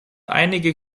einige